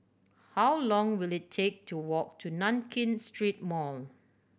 how long will it take to walk to Nankin Street Mall